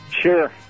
Sure